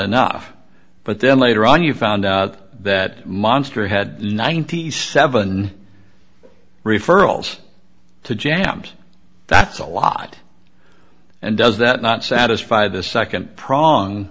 enough but then later on you found out that monster had ninety seven referrals to jamz that's a lot and does that not satisfy the nd prong